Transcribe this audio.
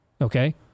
Okay